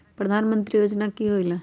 प्रधान मंत्री योजना कि होईला?